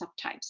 subtypes